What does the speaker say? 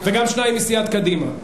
וגם שניים מסיעת קדימה.